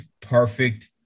perfect